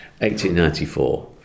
1894